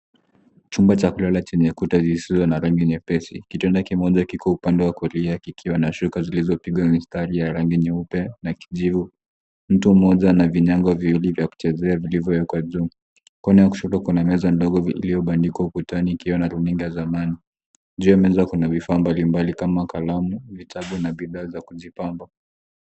Chumba cha kulala chenye kuta zisizo na rangi nyepesi. Kitanda kimoja kipo upande wa kulia kikiwa na shuka zilizopigwa mistari ya rangi nyeupe na kijivu. mtu mmoja ana vinyago viwili vya kuchezea vilivyo wekwa juu. kona ya kushoto kuna meza ndogo iliyobandikwa ukutani ikiwa na runinga ya zamani juu ya meza kuna vifaa mbalimbali kama kalamu vitabu na bidhaa za kujipamba.